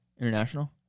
International